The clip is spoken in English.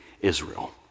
Israel